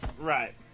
Right